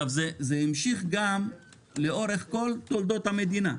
זה המשיך גם לאורך כל תולדות המדינה.